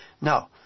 No